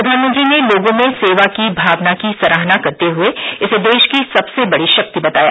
प्रधानमंत्री ने लोगों में सेवा की भावना की सराहना करते हुए इसे देश की सबसे बड़ी शक्ति बताया